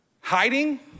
hiding